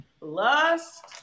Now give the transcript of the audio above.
lust